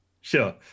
Sure